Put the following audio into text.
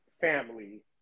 family